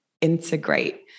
integrate